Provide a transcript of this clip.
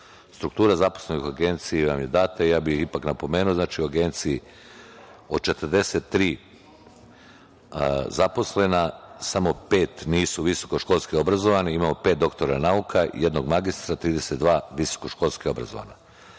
Struktura zaposlenih u Agenciji vam je data, ali ja bih ipak napomenuo da u Agenciji od 43 zaposlena samo pet nisu visokoškolski obrazovani. Imamo pet doktora nauka, jednog magistra, 32 visokoškolski obrazovana.